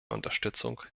unterstützung